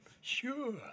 Sure